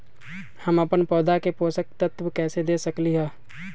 हम अपन पौधा के पोषक तत्व कैसे दे सकली ह?